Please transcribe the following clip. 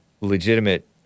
legitimate